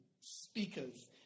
speakers